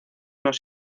nos